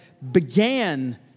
Began